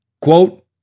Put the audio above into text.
Quote